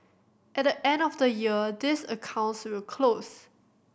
at the end of the year these accounts will close